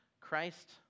Christ